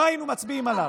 לא היינו מצביעים עליו.